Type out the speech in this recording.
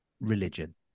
religion